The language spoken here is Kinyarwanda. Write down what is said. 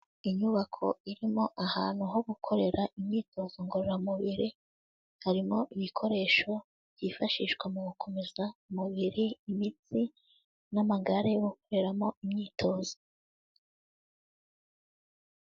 Inyubako irimo ahantu ho gukorera imyitozo ngororamubiri, harimo ibikoresho byifashishwa mu gukomeza umubiri, imitsi n'amagare yo gukoreramo imyitozo.